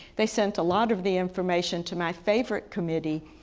they sent a lot of the information to my favorite committee,